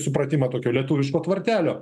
supratimą tokio lietuviško tvartelio